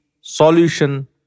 solution